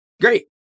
great